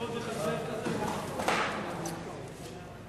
(הרחבת תחולת החוק למקצועות בריאות נוספים),